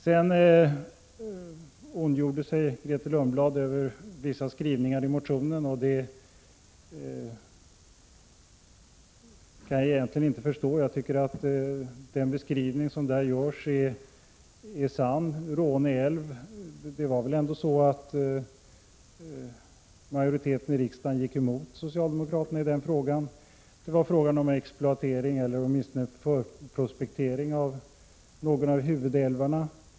Grethe Lundblad ondgjorde sig över vissa skrivningar i motionen, men det kan jag egentligen inte förstå. Den beskrivning som görs där är sann. Beträffande Råne älv var det t.ex. ändå så att majoriteten i riksdagen gick emot socialdemokraterna i den frågan. Det gällde då exploatering eller åtminstone förprospektering för några av huvudälvarna.